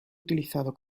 utilizado